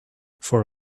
for